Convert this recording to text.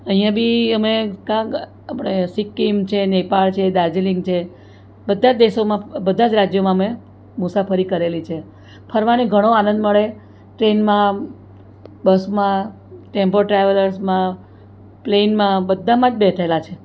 અહીંયાં બી અમે કાં હ આપણે સિક્કિમ છે નેપાળ છે દાર્જીલિંગ છે બધા જ દેશોમાં બધા જ રાજ્યોમાં અમે મુસાફરી કરેલી છે ફરવાનો ઘણો આનંદ મળે ટ્રેનમાં બસમાં ટેમ્પો ટ્રાવેલ્સમાં પ્લેનમાં બધામાં જ બેઠેલા છીએ